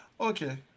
Okay